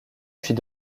puis